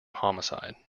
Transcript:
homicide